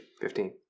Fifteen